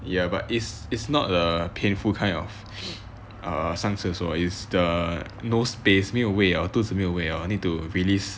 ya but is is not a painful kind of err 上厕所 err is the no space 没有位了 I need to release